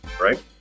right